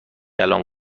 الان